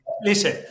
listen